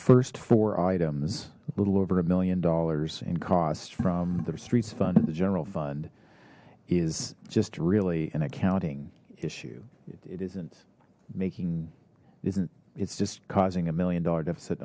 first four items a little over a million dollars in cost from the streets fund the general fund is just really an accounting issue it isn't making isn't it's just causing a million dollar deficit